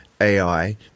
AI